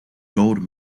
gold